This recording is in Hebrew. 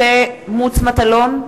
משה מטלון,